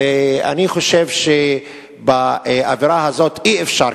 ואני חושב שבאווירה הזאת אי-אפשר,